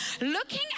Looking